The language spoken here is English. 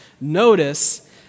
Notice